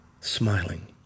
smiling